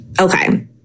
Okay